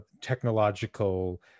technological